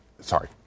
sorry